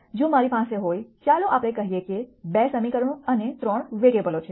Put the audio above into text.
જો મારી પાસે હોય ચાલો આપણે કહીએ કે 2 સમીકરણો અને 3 વેરીએબલો છે